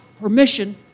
permission